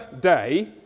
Day